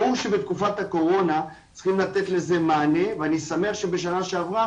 ברור שבתקופת הקורונה צריכים לתת לזה מענה ואני שמח שבשנה שעברה